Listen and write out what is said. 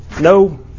No